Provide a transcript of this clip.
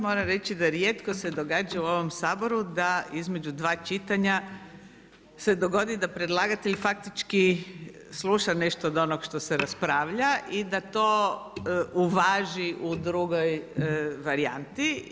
Moram reći da rijetko se događa u ovom Sabora, da između dva čitanja, se dogodi da predlagatelj faktički sluša nešto od onog što se raspravlja i da to uvaži u drugoj varijanti.